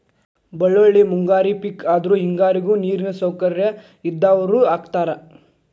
ಬಳ್ಳೋಳ್ಳಿ ಮುಂಗಾರಿ ಪಿಕ್ ಆದ್ರು ಹೆಂಗಾರಿಗು ನೇರಿನ ಸೌಕರ್ಯ ಇದ್ದಾವ್ರು ಹಾಕತಾರ